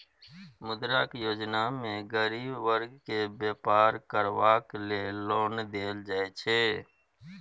मुद्रा योजना मे गरीब बर्ग केँ बेपार करबाक लेल लोन देल जाइ छै